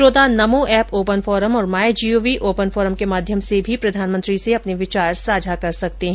श्रोता Namo app open forum और my gov open forum के माध्यम से भी प्रधानमंत्री से विचार साझा कर सकते हैं